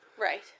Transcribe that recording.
Right